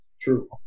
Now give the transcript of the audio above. True